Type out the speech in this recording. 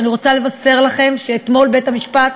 ואני רוצה לבשר לכם שאתמול בית-המשפט